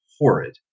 horrid